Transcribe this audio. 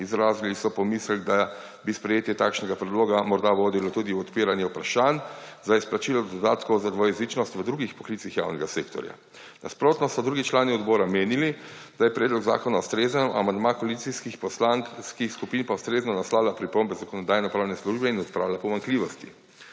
Izrazili so pomislek, da bi sprejetje takšnega predloga morda vodilo tudi v odpiranje vprašanj za izplačilo dodatkov za dvojezičnost v drugih poklicih javnega sektorja. Nasprotno so drugi člani odbora menili, da je predlog zakona ustrezen, amandma koalicijskih poslanskih skupin pa ustrezno naslavlja pripombe Zakonodajno-pravne službe in odpravlja pomanjkljivosti.